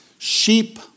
Sheep